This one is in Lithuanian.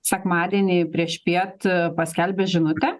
sekmadienį priešpiet paskelbė žinutę